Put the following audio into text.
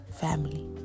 family